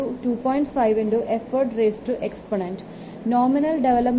5 effort exponent Nominal development time 2